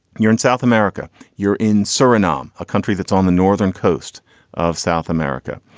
you're in south america, you're in surinam, a country that's on the northern coast of south america.